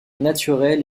naturelle